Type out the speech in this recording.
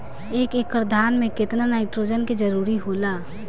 एक एकड़ धान मे केतना नाइट्रोजन के जरूरी होला?